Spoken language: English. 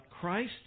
Christ